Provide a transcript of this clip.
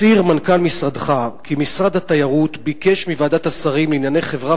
הצהיר מנכ"ל משרדך כי משרד התיירות ביקש מוועדת השרים לענייני חברה